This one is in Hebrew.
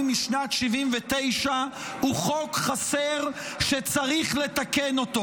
משנת 1979 הוא חוק חסר שצריך לתקן אותו.